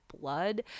blood